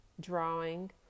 drawing